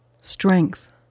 strength